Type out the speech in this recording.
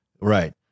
Right